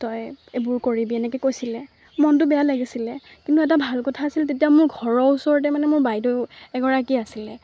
তই এইবোৰ কৰিবি এনেকৈ কৈছিলে মনটো বেয়া লাগিছিলে কিন্তু এটা ভাল কথা আছিল তেতিয়া মোৰ ওচৰতে মানে মোৰ বাইদেউ এগৰাকী আছিলে